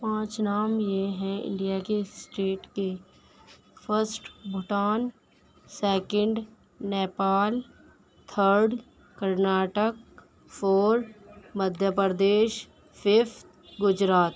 پانچ نام یہ ہیں انڈیا کے اسٹیٹ کے first Bhutan second Nepal third Karnataka fourth Madhya Pradesh fifth Gujarat